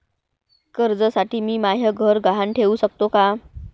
कर्जसाठी मी म्हाय घर गहान ठेवू सकतो का